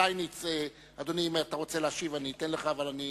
שטייניץ, אם אתה רוצה להשיב אתן לך, אבל אני